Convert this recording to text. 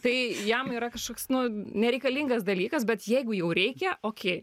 tai jam yra kažkoks nu nereikalingas dalykas bet jeigu jau reikia okey